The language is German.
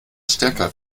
stärker